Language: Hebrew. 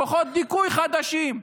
כוחות דיכוי חדשים,